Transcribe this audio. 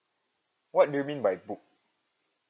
what do you mean by book